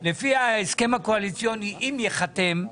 לפי ההסכם הקואליציוני, אם ייחתם,